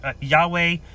Yahweh